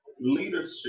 leadership